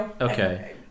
Okay